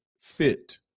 fit